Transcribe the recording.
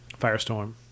Firestorm